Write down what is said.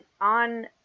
on